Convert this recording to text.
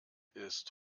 ist